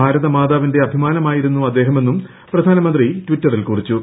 ഭാരതമാതാവിന്റെ അഭിമാനമായിരുന്നു അദ്ദേഹമെന്നും പ്രധാനമന്ത്രി ട്വിറ്ററിൽ കുറിച്ചു